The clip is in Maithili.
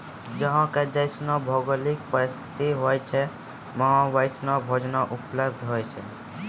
जहां के जैसनो भौगोलिक परिस्थिति होय छै वहां वैसनो भोजनो उपलब्ध होय छै